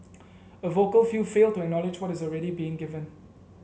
a vocal few fail to acknowledge what is already being given